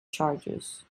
charges